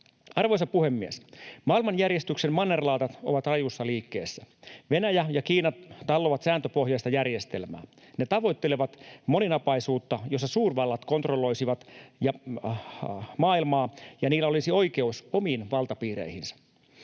Arvoisa puhemies! Maailmanjärjestyksen mannerlaatat ovat rajussa liikkeessä. Venäjä ja Kiina tallovat sääntöpohjaista järjestelmää. Ne tavoittelevat moninapaisuutta, jossa suurvallat kontrolloisivat maailmaa ja niillä olisi oikeus omiin valtapiireihinsä.